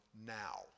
now